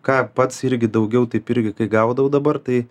ką pats irgi daugiau taip irgi kai gaudau dabar tai